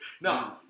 No